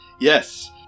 Yes